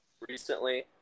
recently